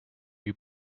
you